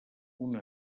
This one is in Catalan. una